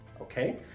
okay